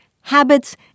habits